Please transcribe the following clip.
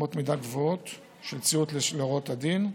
באמות מידה גבוהות של ציות להוראות הדין.